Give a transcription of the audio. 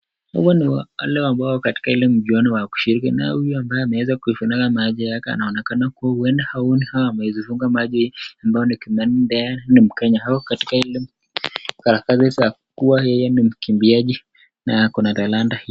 Hawa ni wale ambao wako katika ile mchuano wa kushiriki, naye huyu ambaye ameweza kufunika macho yake anaonekana kuwa huenda haoni au amezifunga macho ili ambaye ni kimani ni mkenya, ako katika ile harakati za kuwa yeye ni mkimbiaji na ako na talanta hii.